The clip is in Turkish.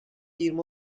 yirmi